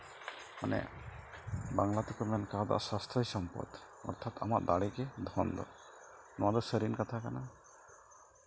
ᱵᱟᱝᱞᱟ ᱛᱮᱠᱚ ᱢᱮᱱ ᱥᱟᱥᱥᱛᱷᱚᱭ ᱥᱚᱢᱯᱚᱫ ᱚᱨᱛᱷᱟᱛ ᱟᱢᱟᱜ ᱫᱟᱲᱮ ᱜᱮ ᱫᱷᱚᱱ ᱫᱚ ᱱᱚᱣᱟᱫᱚ ᱥᱟᱹᱨᱤᱱ ᱠᱟᱛᱷᱟ ᱠᱟᱱᱟ